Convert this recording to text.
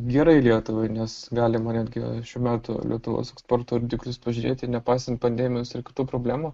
gerai lietuvai nes galima netgi šių metų lietuvos eksporto rodiklius pažiūrėti nepaisant pandemijos ir kitų problemų